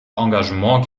engagement